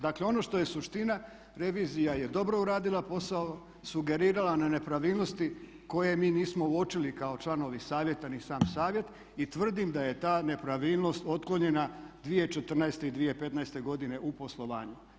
Dakle, ono što je suština revizija je dobro uradila posao, sugerirala na nepravilnosti koje mi nismo uočili kao članovi Savjeta ni sam Savjet i tvrdim da je ta nepravilnost otklonjena 2014. i 2015. godine u poslovanju.